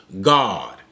God